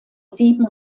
sieben